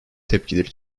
tepkileri